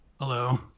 hello